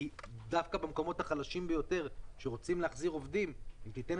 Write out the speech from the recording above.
דווקא במקומות החלשים ביותר שרוצים להחזיר עובדים וניתנת